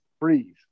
Freeze